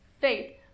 faith